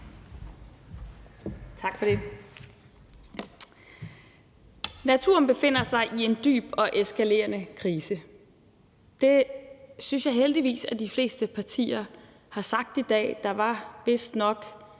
Tak for det. Naturen befinder sig i en dyb og eskalerende krise. Det synes jeg heldigvis de fleste partier har sagt i dag. Der var vistnok